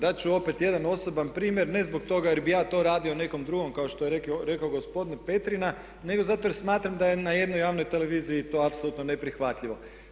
Dat ću opet jedan osoban primjer, ne zbog toga jer bih ja to radio nekom drugom kao što je rekao gospodin Petrina nego zato jer smatram da je na jednoj javnoj televiziji to apsolutno neprihvatljivo.